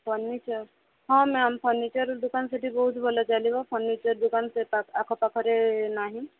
furniture ହଁ ma'am furniture ଦୋକାନ ସେଇଠି ବହୁତ ଭଲ ଚାଲିବ ଫର୍ଣ୍ଣିଚର୍ ଦୋକାନ ପାଖଆଖରେ ନାହିଁ